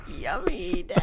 yummy